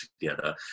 together